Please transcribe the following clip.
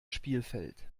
spielfeld